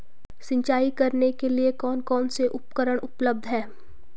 सिंचाई करने के लिए कौन कौन से उपकरण उपलब्ध हैं?